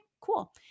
cool